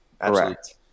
correct